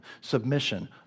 Submission